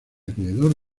acreedor